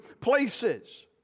places